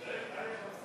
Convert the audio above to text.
וקבוצת